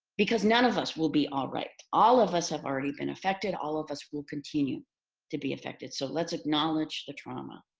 because none of us will be all right. all of us have already been affected. all of us will continue to be affected. so let's acknowledge the trauma.